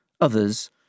Others